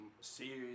serious